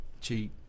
cheap